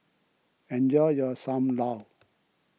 enjoy your Sam Lau